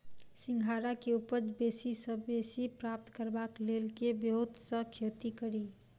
सिंघाड़ा केँ उपज बेसी सऽ बेसी प्राप्त करबाक लेल केँ ब्योंत सऽ खेती कड़ी?